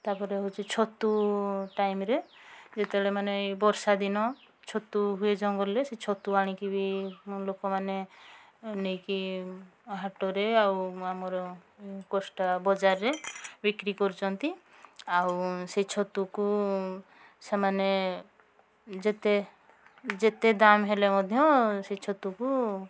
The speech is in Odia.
ତାପରେ ହେଉଛି ଛତୁ ଟାଇମ୍ରେ ଯେତେବେଳେ ମାନେ ଏଇ ବର୍ଷାଦିନ ଛତୁ ହୁଏ ଜଙ୍ଗଲରେ ସେ ଛତୁ ଆଣିକି ବି ଲୋକମାନେ ନେଇକି ହାଟରେ ଆଉ ଆମର କୋଷ୍ଟା ବଜାରରେ ବିକ୍ରି କରୁଛନ୍ତି ଆଉ ସେ ଛତୁକୁ ସେମାନେ ଯେତେ ଯେତେ ଦାମ୍ ହେଲେ ମଧ୍ୟ ସେ ଛତୁକୁ